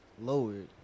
lowered